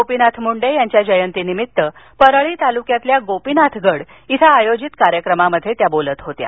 गोपीनाथ मुंडे यांच्या जयंतीनिमित्त परळी तालुक्यातील गोपीनाथ गड इथं आयोजित कार्यक्रमात त्या बोलत होत्या